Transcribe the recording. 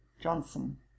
Johnson